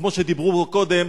כמו שדיברו פה קודם,